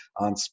on